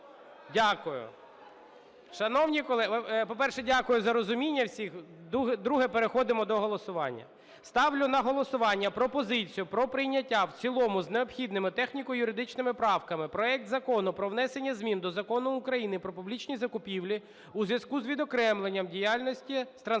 Дякую. Шановні колеги, по-перше, дякую за розуміння всіх. Друге. Переходимо до голосування. Ставлю на голосування пропозицію про прийняття в цілому з необхідними техніко-юридичними правками проект Закону про внесення змін до Закону України "Про публічні закупівлі" у зв'язку з відокремленням діяльності з транспортування